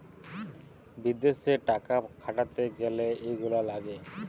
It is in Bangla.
বিদেশে টাকা খাটাতে গ্যালে এইগুলা লাগে